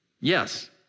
Yes